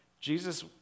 Jesus